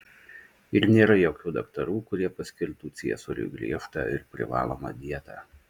ir nėra jokių daktarų kurie paskirtų ciesoriui griežtą ir privalomą dietą